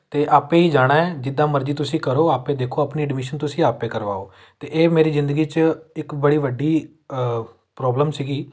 ਅਤੇ ਆਪੇ ਹੀ ਜਾਣਾ ਜਿੱਦਾਂ ਮਰਜ਼ੀ ਤੁਸੀਂ ਕਰੋ ਆਪੇ ਦੇਖੋ ਆਪਣੀ ਐਡਮਿਸ਼ਨ ਤੁਸੀਂ ਆਪੇ ਕਰਵਾਓ ਅਤੇ ਇਹ ਮੇਰੀ ਜ਼ਿੰਦਗੀ 'ਚ ਇੱਕ ਬੜੀ ਵੱਡੀ ਪ੍ਰੋਬਲਮ ਸੀਗੀ